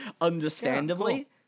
Understandably